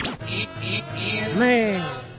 Man